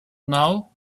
know